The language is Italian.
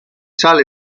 sale